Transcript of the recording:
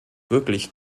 wirklich